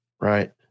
Right